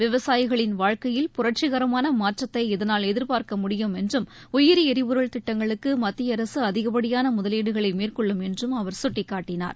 விவசாயிகளின் வாழ்க்கையில் புரட்சிகரமான மாற்றத்தை இதனால் எதிர்பார்க்க முடியும் என்றும் உயிரி எரிபொருள் திட்டங்களுக்கு மத்திய அரசு அதிகப்படியான முதலீடுகளை மேற்கொள்ளும் என்றும் அவர் சுட்டிக்காட்டினார்